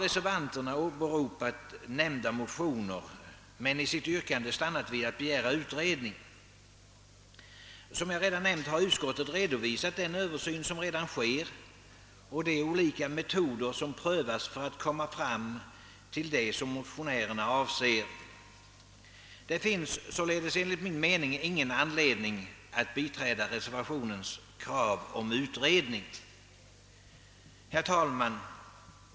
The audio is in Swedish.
Reservanterna har nu åberopat nämnda motioner men i sitt yrkande stannat vid att begära en utredning. Som jag redan nämnt har utskottet redovisat den översyn som redan sker och de olika metoder som prövas för att komma fram till det som motionärerna avser. Det finns således enligt min mening ingen anledning att biträda reservationens krav om utredning. Herr talman!